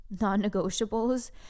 non-negotiables